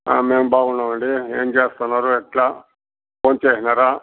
మేము బాగున్నాం అండి ఏమి చేస్తునారు ఎట్లా భోం చేసినారా